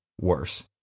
worse